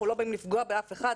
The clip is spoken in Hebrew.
אנחנו לא באים לפגוע באף אחד,